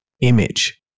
image